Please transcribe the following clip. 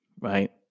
right